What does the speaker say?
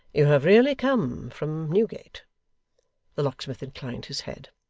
you have really come from newgate the locksmith inclined his head.